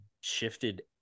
shifted